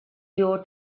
your